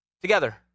Together